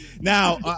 Now